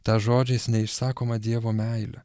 tą žodžiais neišsakomą dievo meilę